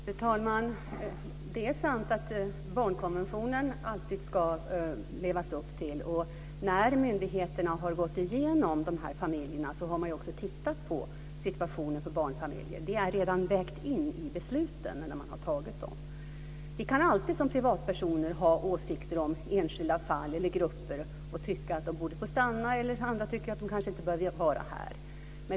Fru talman! Det är sant att man alltid ska leva upp till barnkonventionen. När myndigheterna har gått igenom de här familjerna har man också tittat på situationen för barnfamiljer. Det är redan invägt i besluten. Vi kan alltid som privatpersoner ha åsikter om enskilda fall eller grupper. Några tycker att de borde få stanna, andra kanske tycker att de inte borde få vara här.